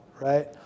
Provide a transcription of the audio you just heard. right